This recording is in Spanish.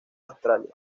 australia